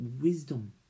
wisdom